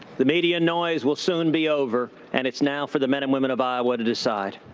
the media noise will soon be over and it's now for the men and women of iowa to decide.